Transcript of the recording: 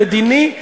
מדיני,